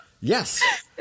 Yes